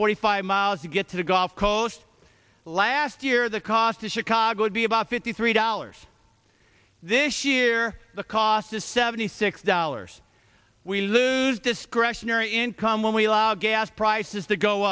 forty five miles to get to the gulf coast last year the cost to chicago would be about fifty three dollars this year the cost is seventy six dollars we lose discretionary income when we allow gas prices to go